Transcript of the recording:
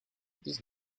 dix